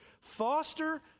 foster